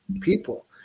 people